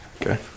Okay